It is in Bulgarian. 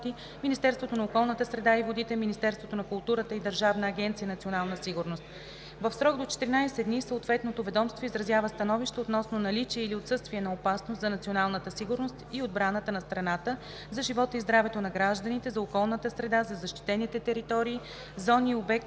Министерството на околната среда и водите, Министерството на културата и Държавна агенция „Национална сигурност“. В срок до 14 дни съответното ведомство изразява становище относно наличие или отсъствие на опасност за националната сигурност и отбраната на страната, за живота и здравето на гражданите, за околната среда, за защитените територии, зони и обекти